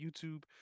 YouTube